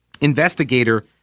investigator